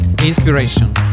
Inspiration